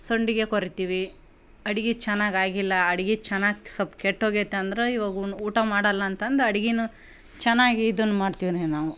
ಸಂಡಿಗೆ ಕೊರಿತಿವಿ ಅಡ್ಗೆ ಚೆನ್ನಾಗಿ ಆಗಿಲ್ಲ ಅಡ್ಗೆ ಚೆನ್ನಾಗಿ ಸ್ವಲ್ಪ್ ಕೆಟ್ಟು ಹೋಗ್ಯತಂದ್ರೆ ಇವಾಗ ಉಣ್ಣು ಊಟ ಮಾಡೋಲ್ಲ ಅಂತಂದು ಅಡ್ಗೆನು ಚೆನ್ನಾಗಿ ಇದನ್ನ ಮಾಡ್ತೀವ್ರಿ ನಾವು